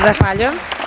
Zahvaljujem.